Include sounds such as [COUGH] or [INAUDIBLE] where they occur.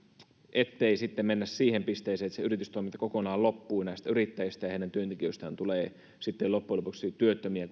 ettei sitten mennä siihen pisteeseen että se yritystoiminta kokonaan loppuu ja näistä yrittäjistä ja heidän työntekijöistään tulee loppujen lopuksi työttömiä [UNINTELLIGIBLE]